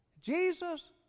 Jesus